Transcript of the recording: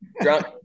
Drunk